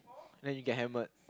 then you get hammered